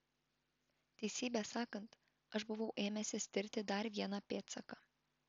teisybę sakant aš buvau ėmęsis tirti dar vieną pėdsaką